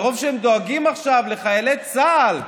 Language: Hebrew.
מרוב שהם דואגים עכשיו לחיילי צה"ל,